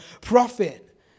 prophet